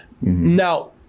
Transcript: Now